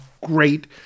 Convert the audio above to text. great